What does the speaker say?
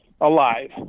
alive